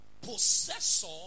possessor